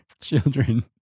children